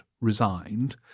resigned